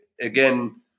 again